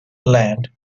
land